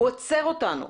הוא עוצר אותנו.